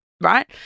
right